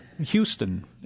Houston